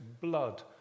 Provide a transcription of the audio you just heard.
blood